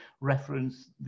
reference